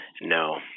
No